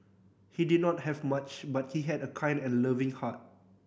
he did not have much but he had a kind and loving heart